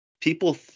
People